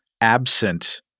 absent